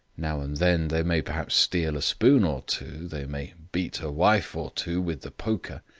now and then they may perhaps steal a spoon or two they may beat a wife or two with the poker.